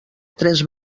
tres